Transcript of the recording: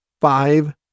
Five